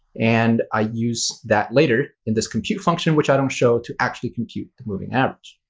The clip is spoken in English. and i use that later in this compute function which i don't show to actually compute moving average.